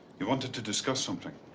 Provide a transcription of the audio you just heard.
you wanted to discuss something.